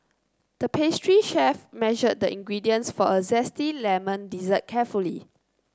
the pastry chef measured the ingredients for a zesty lemon dessert carefully